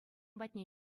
патне